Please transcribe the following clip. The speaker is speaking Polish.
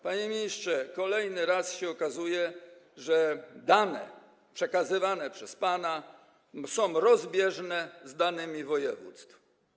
Panie ministrze, kolejny raz okazuje się, że dane przekazywane przez pana są rozbieżne z danymi z województw.